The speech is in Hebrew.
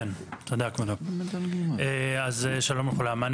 שלום לכולם.